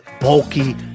bulky